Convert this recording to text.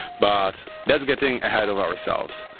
but that's getting ahead of ourselves,